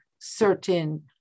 certain